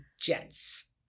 Jets